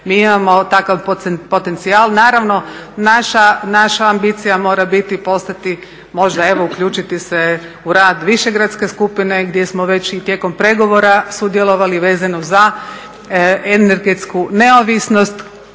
mi imamo takav potencijal. Naravno, naša ambicija mora biti i postati možda uključiti se u rad više gradske skupine gdje smo već i tijekom pregovora sudjelovali vezano za energetsku neovisnost,